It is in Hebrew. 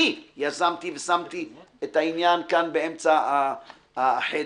אני יזמתי ושמתי את העניין כאן באמצע החדר.